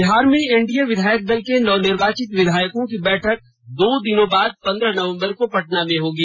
बिहार में एनडीए विधायक दल के नवनिर्वाचित विधायकों की बैठक दो दिनों बाद पंद्रह नवम्बर को पटना में होगी